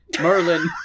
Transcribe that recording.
Merlin